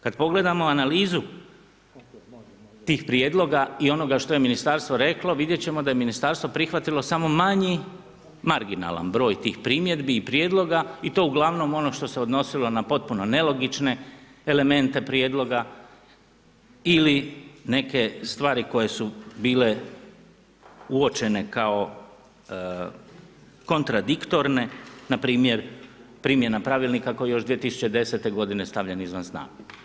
Kad pogledamo analizu tih prijedloga i onoga što je ministarstvo reklo, vidjet ćemo da je ministarstvo prihvatilo samo manji marginalni broj tih primjedbi i prijedloga i to uglavnom ono što se odnosilo na potpuno nelogične elemente prijedloga ili neke stvari koje su bile uočene kao kontradiktorne, npr. primjena pravilnika koji je još 2010. stavljen izvan snage.